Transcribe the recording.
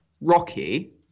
Rocky